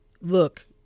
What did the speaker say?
look